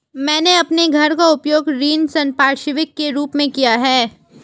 मैंने अपने घर का उपयोग ऋण संपार्श्विक के रूप में किया है